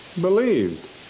believed